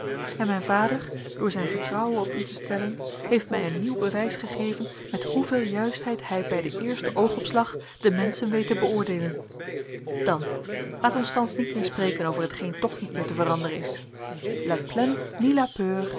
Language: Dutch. en mijn vader door zijn vertrouwen op u te stellen heeft mij een nieuw bewijs gegeven met hoeveel juistheid hij bij den eersten oogopslag de menschen weet te beoordeelen dan laat ons thans niet meer spreken over hetgeen toch niet meer te veranderen is